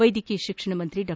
ವೈದ್ಯಕೀಯ ಶಿಕ್ಷಣ ಸಚಿವ ಡಾ